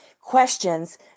questions